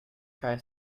try